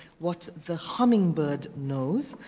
what the hummingbird knows,